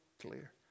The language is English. clear